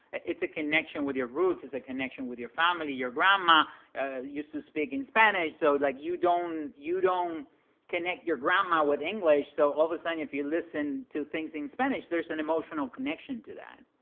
it's a connection with your roots, it's a connection with your family. your grandma used to speak in spanish. so like you don't you don't connect your grandma with english. so all of a sudden, if you listen to things in spanish, there's an emotional connection to that.